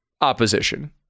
opposition